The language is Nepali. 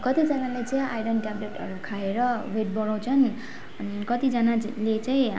कतिजनाले चाहिँ आइरन ट्याब्लेटहरू खाएर वेट बढाउँछन् अनि कतिजना च ले चाहिँ